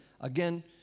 again